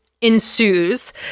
ensues